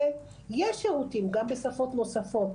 יש שירותים גם בשפות נוספות,